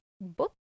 book